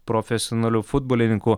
profesionaliu futbolininku